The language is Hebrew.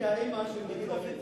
והיא האמא של דוד המלך.